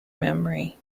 memory